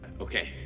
Okay